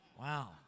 Wow